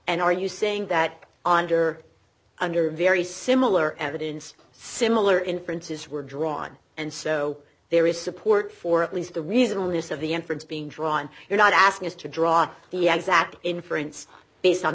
and are you saying that onder under very similar evidence similar inferences were drawn and so there is support for at least the reason least of the inference being drawn you're not asking us to draw the an exact inference based on